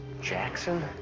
Jackson